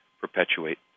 perpetuate